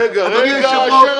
אדוני היושב-ראש,